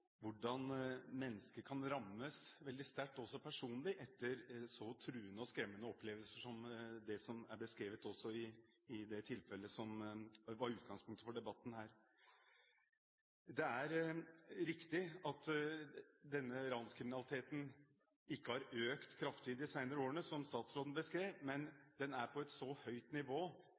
hvordan mennesker kan rammes veldig sterkt, også personlig, etter så truende og skremmende opplevelser som det som er beskrevet i det tilfellet som var utgangspunktet for debatten her. Det er riktig at denne ranskriminaliteten ikke har økt kraftig de senere årene, som statsråden beskrev, men den er på et så høyt nivå